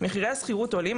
מחירי השכירות עולים,